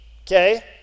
okay